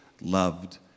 loved